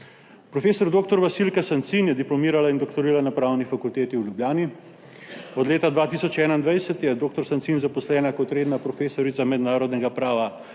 Prof. dr. Vasilka Sancin je diplomirala in doktorirala na Pravni fakulteti v Ljubljani. Od leta 2021 je dr. Sancin zaposlena kot redna profesorica mednarodnega prava